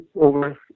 over